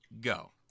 go